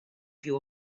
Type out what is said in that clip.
più